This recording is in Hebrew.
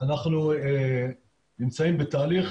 אנחנו נמצאים בתהליך,